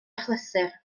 achlysur